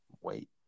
Wait